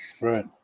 Right